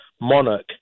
monarch